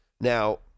Now